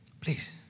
Please